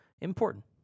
important